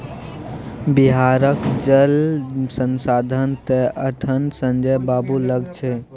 बिहारक जल संसाधन तए अखन संजय बाबू लग छै